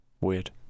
Weird